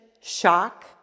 shock